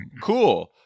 cool